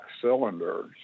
cylinders